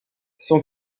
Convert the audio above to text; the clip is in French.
son